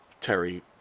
Terry